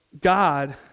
God